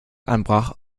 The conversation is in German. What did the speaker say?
anbrach